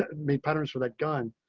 me patterns for that gun.